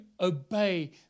obey